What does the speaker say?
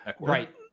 Right